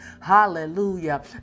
Hallelujah